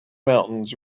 mountains